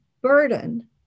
burden